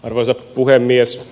arvoisa puhemies